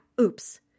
Oops